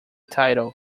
title